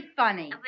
funny